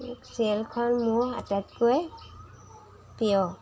ছিৰিয়েলখন মোৰ আটাইতকৈ প্ৰিয়